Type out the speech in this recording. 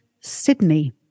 Sydney